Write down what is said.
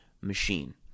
machine